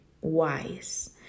wise